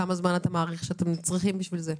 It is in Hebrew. כמה זמן אתה מעריך שאתם צריכים בשביל זה?